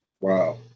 Wow